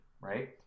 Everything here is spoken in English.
right